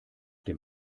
dem